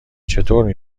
چطور